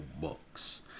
books